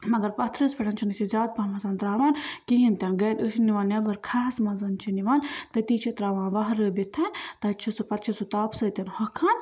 مگر پَتھرِس پٮ۪ٹھ چھِنہٕ أسۍ یہِ زیادٕ پَہم ترٛاوان کِہیٖنۍ تہِ نہٕ گھرِ أسۍ چھِ نِوان نیٚبَر کھاہَس منٛز چھِ نِوان تٔتی چھِ ترٛاوان ؤہرٲیِتھ تَتہِ چھُ سُہ پَتہٕ چھُ سُہ تاپہٕ سۭتۍ ہۄکھان